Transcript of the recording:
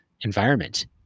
environment